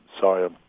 sorry